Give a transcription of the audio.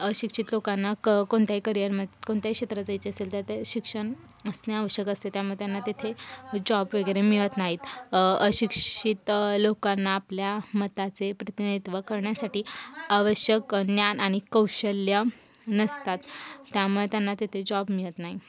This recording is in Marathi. अशिक्षित लोकांना क कोणत्याही करियरमध्ये कोणत्याही क्षेत्रात जायचे असेल तर ते शिक्षण असणे आवश्यक असते त्यामुळे त्यांना तेथे जॉब वगैरे मिळत नाहीत अशिक्षित लोकांना आपल्या मताचे प्रतिनिधित्व करण्यासाठी आवश्यक ज्ञान आणि कौशल्य नसतात त्यामुळे त्यांना तिथे जॉब मिळत नाही